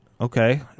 ...okay